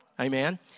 Amen